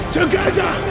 together